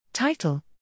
Title